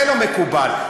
אבל גם זה לא מקובל.